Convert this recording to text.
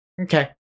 Okay